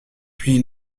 puis